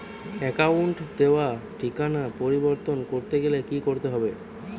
অ্যাকাউন্টে দেওয়া ঠিকানা পরিবর্তন করতে গেলে কি করতে হবে?